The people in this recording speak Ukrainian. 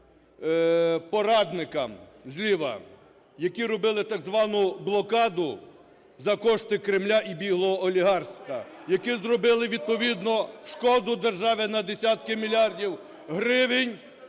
певним порадникам зліва, які робили так звану блокаду за кошти Кремля і біглого олігарха, які зробили відповідну шкоду державі на десятки мільярдів гривень,